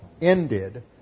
ended